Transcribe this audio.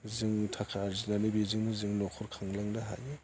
जोङो थाखा आरजिनानै बेजोंनो जों न'खर खांलांनो हायो